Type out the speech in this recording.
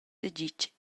daditg